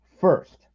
first